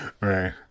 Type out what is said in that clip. Right